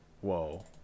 whoa